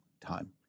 time